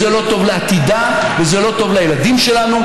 זה לא טוב לעתידה וזה לא טוב לילדים שלנו.